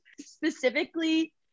specifically